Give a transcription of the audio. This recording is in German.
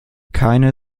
keine